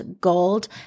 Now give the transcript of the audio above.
gold